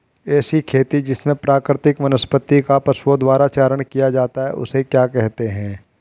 ऐसी खेती जिसमें प्राकृतिक वनस्पति का पशुओं द्वारा चारण किया जाता है उसे क्या कहते हैं?